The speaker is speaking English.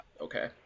Okay